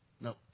No